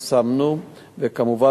וכמובן,